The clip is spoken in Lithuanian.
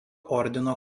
ordino